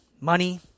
money